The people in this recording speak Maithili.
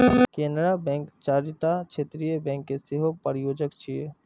केनरा बैंक चारिटा क्षेत्रीय बैंक के सेहो प्रायोजक छियै